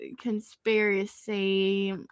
conspiracy